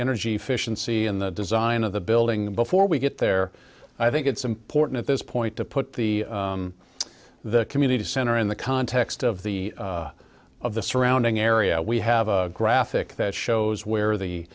energy efficiency in the design of the building before we get there i think it's important at this point to put the the community center in the context of the of the surrounding area we have a graphic that shows where the